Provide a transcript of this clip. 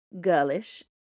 girlish